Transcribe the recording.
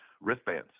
wristbands